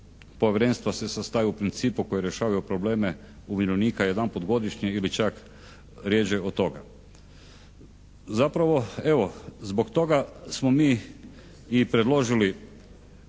povjerenstva se sastaju u principu koja rješavaju probleme umirovljenika jedanput godišnje ili čak rjeđe od toga. Zapravo evo zbog toga smo mi i predložili